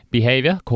Behavior